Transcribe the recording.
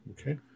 Okay